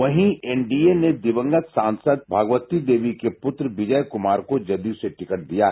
वहीं एनडीए ने दिवंगत सांसद भगवती देवी के पुत्र विजय कुमार को जदयू से टिकट दिया है